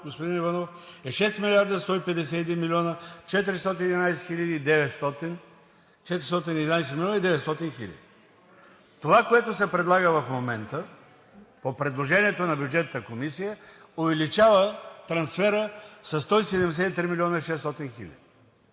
е 6 млрд. 151 млн. 411 хил. 900. Това, което се предлага в момента по предложението на Бюджетната комисия, увеличава трансфера със 173 милиона 600 хиляди.